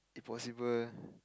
if possible